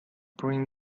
bring